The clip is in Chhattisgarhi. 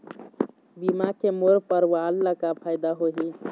बीमा के मोर परवार ला का फायदा होही?